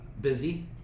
busy